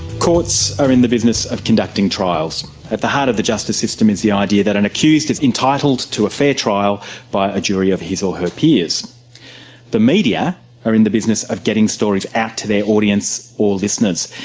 courts are in the business of conducting trials. at the heart of the justice system is the idea that an accused is entitled to a fair trial by a jury of his or her peers. the media are in the business of getting stories out to their audience or listeners,